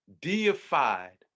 deified